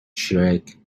shriek